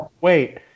wait